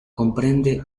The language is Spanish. comprende